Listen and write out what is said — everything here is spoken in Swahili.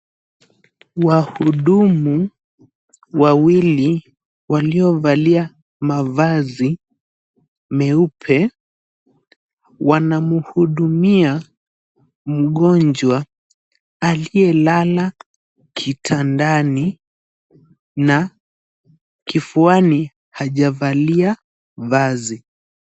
Wahudumu wawili waliovalia mavazi meupe wanamhudumia mgonjwa aliyelala kitandani na kifuani hajavalia vazi.